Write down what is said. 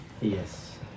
Yes